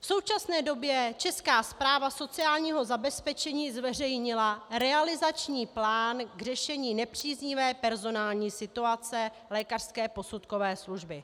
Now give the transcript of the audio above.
V současné době Česká správa sociálního zabezpečení zveřejnila realizační plán k řešení nepříznivé personální situace lékařské posudkové služby.